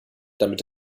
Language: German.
damit